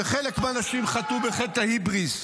-- שחלק מהאנשים חטאו בחטא ההיבריס.